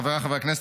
חבריי חברי הכנסת,